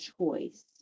choice